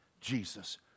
Jesus